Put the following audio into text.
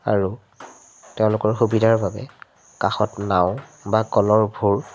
আৰু তেওঁলোকৰ সুবিধাৰ বাবে কাষত নাও বা কলৰ ভূৰ